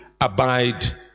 abide